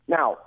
Now